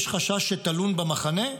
יש חשש שתלון במחנה?